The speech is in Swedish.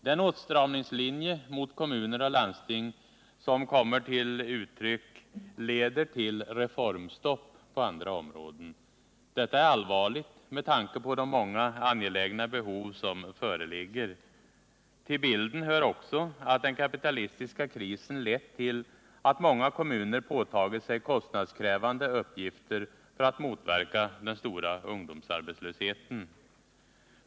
Den åtstramning mot kommuner och landsting som härigenom kommer till uttryck leder till reformstopp på andra områden. Detta är allvarligt med tanke på de många angelägna behov som föreligger. Till bilden hör också att den kapitalistiska krisen har lett till att många kommuner påtagit sig kostnadskrävande uppgifter för att motverka den stora ungdomsarbetslöshe ten.